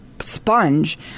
sponge